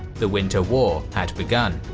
the winter war had begun.